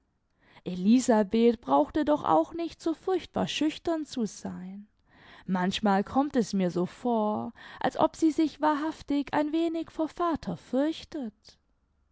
elisabeth brauchte doch auch nicht so furchtbar schüchtern zu sein manchmal kommt es mir so vor als ob sie sich wahrhaftig ein wenig vor vater fürchtet